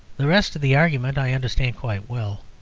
the rest of the argument i understand quite well.